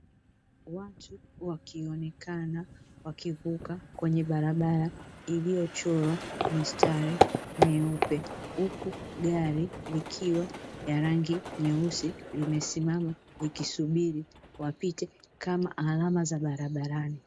Watu wakionekana wakivuka kwenye barabara iliyochorwa mistari meupe, huku gari likiwa la rangi nyeusi, likisubiri wapite kama alama za barabarani.